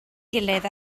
gilydd